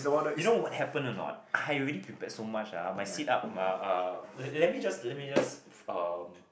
you know what happened or not I already prepared so much ah my sit up uh uh let me just let me just um